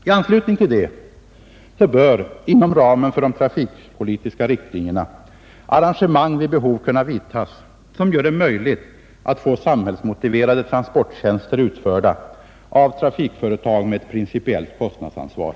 I anslutning till detta bör inom ramen för de trafikpolitiska riktlinjerna arrangemang vid behov kunna vidtas, som gör det möjligt att få samhällsmotiverade transporttjänster utförda av trafikföretag med ett principiellt kostnadsansvar.